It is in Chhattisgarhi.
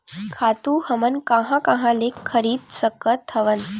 खातु हमन कहां कहा ले खरीद सकत हवन?